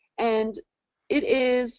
and it is